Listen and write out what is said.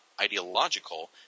ideological